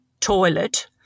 toilet